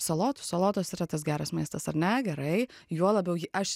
salotų salotos yra tas geras maistas ar ne gerai juo labiau aš